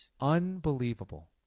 Unbelievable